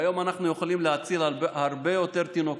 והיום אנחנו יכולים להציל הרבה יותר תינוקות,